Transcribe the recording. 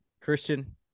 Christian